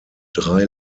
drei